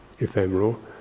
ephemeral